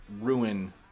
ruin